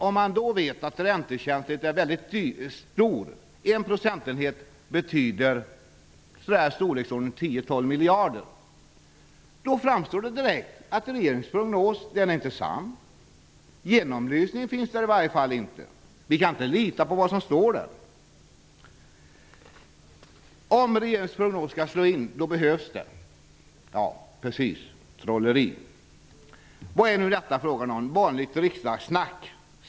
Om man då vet att räntekänsligheten är väldigt stor, och att 1 procentenhet betyder i storleksordningen 10--12 miljarder, då framstår det direkt att regeringens prognos inte är sann. Genomlysningen finns där i varje fall inte. Vi kan inte lita på vad som står där. Om regeringens prognos skall slå in, då behövs det -- just precis: trolleri. Vad är det nu fråga om -- vanligt riksdagssnack?